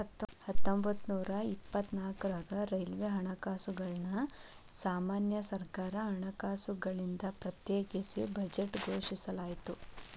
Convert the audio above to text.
ಹತ್ತೊಂಬತ್ತನೂರ ಇಪ್ಪತ್ನಾಕ್ರಾಗ ರೈಲ್ವೆ ಹಣಕಾಸುಗಳನ್ನ ಸಾಮಾನ್ಯ ಸರ್ಕಾರ ಹಣಕಾಸುಗಳಿಂದ ಪ್ರತ್ಯೇಕಿಸಿ ಬಜೆಟ್ ಘೋಷಿಸಲಾಯ್ತ